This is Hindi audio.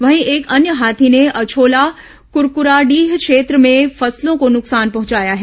वहीं एक अन्य हाथी ने अछोला कुकराडीह क्षेत्र में फसलों को नुकसान पहुंचाया है